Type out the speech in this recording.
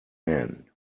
man